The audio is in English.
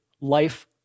life